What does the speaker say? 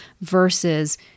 versus